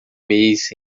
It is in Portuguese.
mês